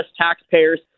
taxpayers